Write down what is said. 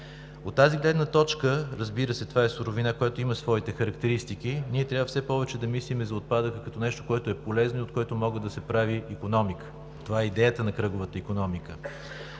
От тази гледна точка, разбира се, това е суровина, която има своите характеристики. Ние трябва все повече да мислим за отпадъка като нещо, което е полезно и от което може да се прави икономика. Това е идеята на кръговата икономика.